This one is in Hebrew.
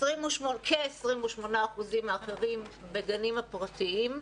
כ-28% האחרים בגנים הפרטיים,